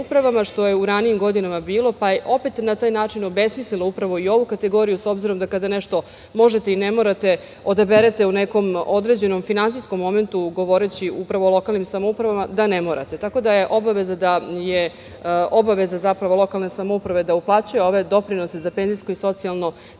što je u ranijim godinama bilo, pa je opet na taj način obesmislila i ovu kategoriju, s obzirom da kada nešto možete i ne morate, odaberete u nekom određenom finansijskom momentu, govoreći upravo o lokalnim samoupravama da ne morate. Tako da je obaveza zapravo lokalne samouprave da uplaćuje ove doprinose za penzijsko i socijalno samostalnim